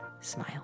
smile